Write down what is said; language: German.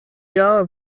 jahr